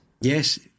Yes